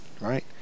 right